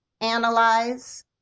analyze